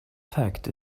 fact